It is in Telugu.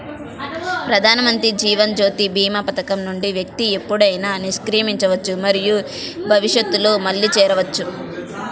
ప్రధానమంత్రి జీవన్ జ్యోతి భీమా పథకం నుండి వ్యక్తి ఎప్పుడైనా నిష్క్రమించవచ్చు మరియు భవిష్యత్తులో మళ్లీ చేరవచ్చు